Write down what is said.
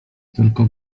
tylko